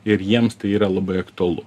ir jiems tai yra labai aktualu